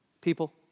people